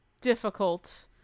difficult